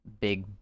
big